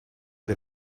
del